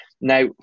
Now